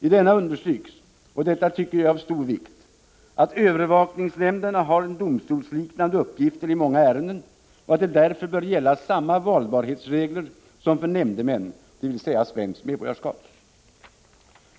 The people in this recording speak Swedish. I denna understryks — och detta tycker jag är av stor vikt — att övervakningsnämnderna har domstolsliknande uppgifter i många ärenden, och att det därför bör gälla samma valbarhetsregler som för nämndemän, dvs. svenskt medborgarskap.